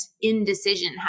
indecision